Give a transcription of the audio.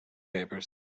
papers